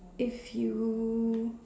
if you